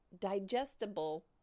digestible